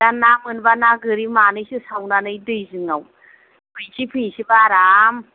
दा ना मोनबा ना गोरि मानैसो सावनानै दै जिङाव फैसै फैसैबा आराम